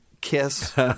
kiss